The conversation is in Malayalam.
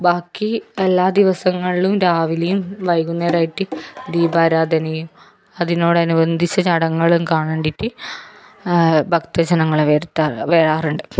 ബാക്കി എല്ലാ ദിവസങ്ങളിലും രാവിലെയും വൈകുന്നേരവുമായിട്ട് ദീപാരാധനയും അതിനോടനുബന്ധിച്ച് ചടങ്ങുകളും കാണണ്ടീട്ട് ഭക്ത ജനങ്ങളെ വരുത്താറ് വരാറുണ്ട്